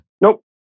Nope